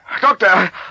Doctor